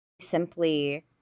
Simply